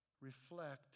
reflect